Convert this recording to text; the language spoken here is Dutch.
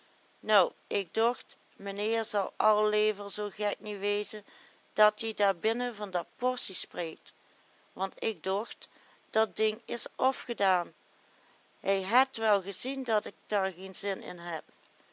nou ik docht menheer zal alevel zoo gek niet wezen dat ie daar binnen van dat possie spreekt want ik docht dat ding is ofgedaan hij het wel gezien dat ik der geen zin in heb